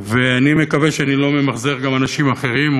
ואני מקווה שאני לא ממחזר גם אנשים אחרים,